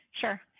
Sure